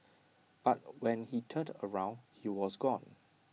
but when he turned around he was gone